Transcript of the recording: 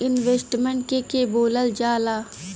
Investment के के बोलल जा ला?